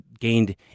gained